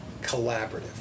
Collaborative